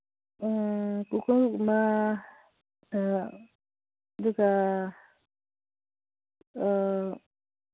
ꯎꯝ ꯄꯨꯈꯝꯒꯨꯝꯕ ꯑꯗꯨꯒ